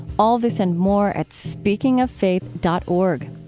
all this and more at speakingoffaith dot org.